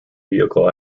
vehicle